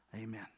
Amen